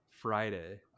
Friday